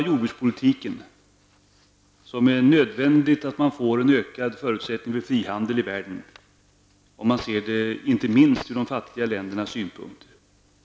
Jordbrukspolitiken är en nödvändig förutsättning för en ökad frihandel i världen -- inte minst om man ser det ur de fattiga ländernas synpunkt.